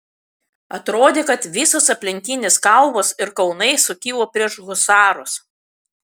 atrodė kad visos aplinkinės kalvos ir kalnai sukilo prieš husarus